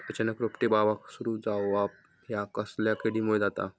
अचानक रोपटे बावाक सुरू जवाप हया कसल्या किडीमुळे जाता?